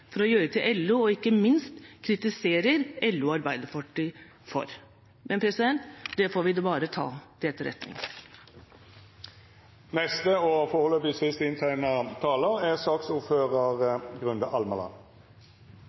for å gjøre når det gjelder LO, og ikke minst kritiserer LO og Arbeiderpartiet for. Men det får vi bare ta til etterretning. Jeg må jeg si jeg er